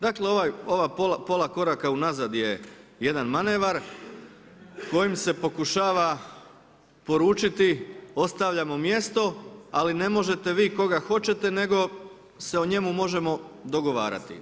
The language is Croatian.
Dakle, ovih pola koraka unazad je jedan manevar kojim se pokušava poručiti ostavljamo mjesto ali ne možete vi koga hoćete nego se o njemu možemo dogovarati.